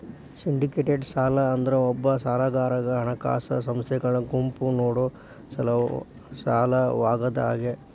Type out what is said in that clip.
syndicated ಸಾಲ ಅಂದ್ರ ಒಬ್ಬ ಸಾಲಗಾರಗ ಹಣಕಾಸ ಸಂಸ್ಥೆಗಳ ಗುಂಪು ನೇಡೊ ಸಾಲವಾಗ್ಯಾದ